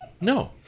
No